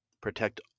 protect